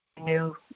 new